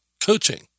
coaching